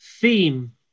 theme